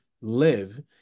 live